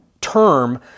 term